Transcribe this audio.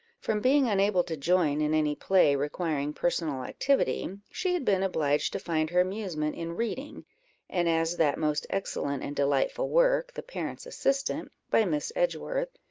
from being unable to join in any play requiring personal activity, she had been obliged to find her amusement in reading and as that most excellent and delightful work, the parent's assistant, by miss edgeworth,